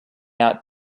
out